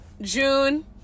June